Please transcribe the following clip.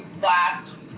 last